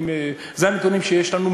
זה הנתונים שיש לנו,